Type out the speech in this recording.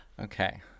Okay